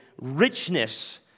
richness